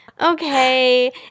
Okay